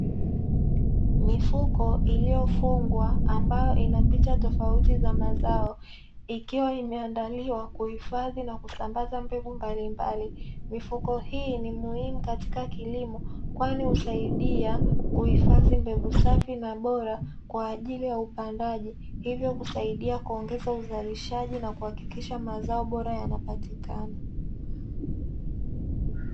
Mifuko iliyofungwa, ambayo ina picha tofauti za mazao, ikiwa imeandaliwa kuhifadhi na kusambaza mbegu mbalimbali. Mifuko hii ni muhimu katika kilimo, kwani husaidia kuhifadhi mbegu safi na bora kwa ajili ya upandaji, hivyo kusaidia kuongeza uzalishaji na kuhakikisha mazao bora yanapatikana.